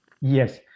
Yes